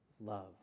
Love